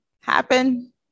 happen